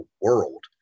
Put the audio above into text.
world